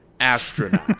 Astronaut